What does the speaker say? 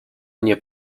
nie